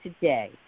today